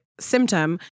symptom